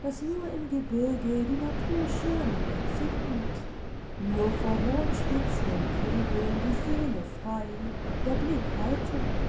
daß nur im gebirge die natur schön und entzückend nur vor hohen spitzen und kegeln die seele frei der blick heiter